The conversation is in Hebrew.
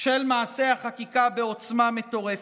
של מעשה החקיקה בעוצמה מטורפת.